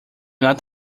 not